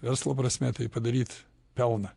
verslo prasme tai padaryt pelną